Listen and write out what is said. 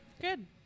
Good